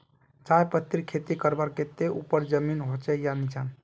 चाय पत्तीर खेती करवार केते ऊपर जमीन होचे या निचान?